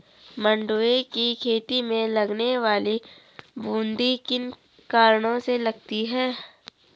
मंडुवे की खेती में लगने वाली बूंदी किन कारणों से लगती है?